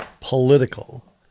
political